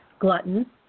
glutton